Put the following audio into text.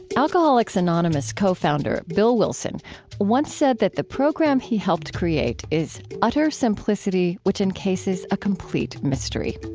alcoholics anonymous co-founder bill wilson once said that the program he helped create is utter simplicity which encases a complete mystery.